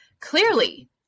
clearly